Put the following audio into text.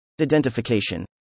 Identification